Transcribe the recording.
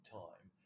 time